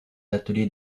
ateliers